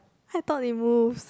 I thought it moves